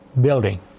building